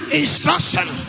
instruction